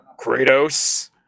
Kratos